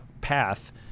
path